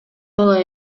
бала